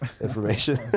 information